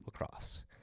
Lacrosse